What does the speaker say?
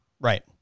Right